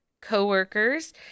Coworkers